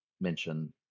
mention